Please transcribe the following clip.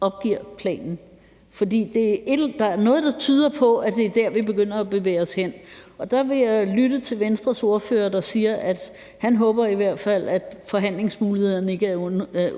opgiver planen, for der er noget, der tyder på, at det er der, vi begynder at bevæge os hen. Der vil jeg lytte til Venstres ordfører, der siger, at han i hvert fald håber, at forhandlingsmulighederne ikke er